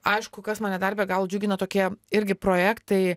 aišku kas mane dar be galo džiugina tokie irgi projektai